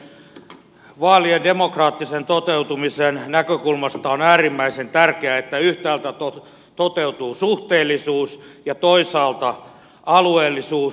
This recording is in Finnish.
vaalien demokraattisen toteutumisen näkökulmasta on äärimmäisen tärkeää että yhtäältä toteutuu suhteellisuus ja toisaalta alueellisuus